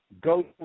go